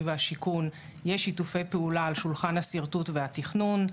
והשיכון יש שיתופי פעולה על שולחן השרטוט והתכנון,